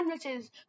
sandwiches